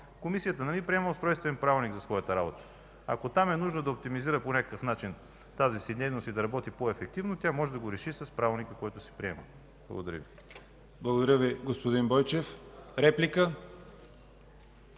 Комисията приема Устройствен правилник за своята работа? Ако е нужно там да оптимизира по някакъв начин тази си дейност и да работи по-ефективно, тя може да го реши с Правилника, който приема. Благодаря Ви.